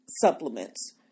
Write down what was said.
supplements